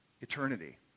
eternity